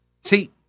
See